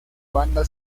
banda